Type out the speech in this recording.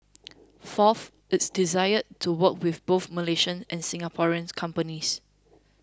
fourth its desire to work with both Malaysian and Singaporean companies